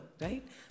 right